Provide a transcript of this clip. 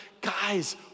guys